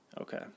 Okay